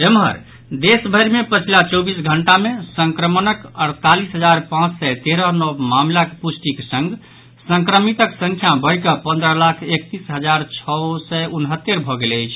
एम्हर देश भरि मे पछिला चौबीस घंटा मे संक्रमणक अड़तालीस हजार पांच सय तेरह नव मामिलाक पुष्टिक संग संक्रमितक संख्या बढ़िकऽ पंद्रह लाख एकतीस हजार छओ सय उनहत्तरि भऽ गेल अछि